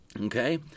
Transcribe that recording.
okay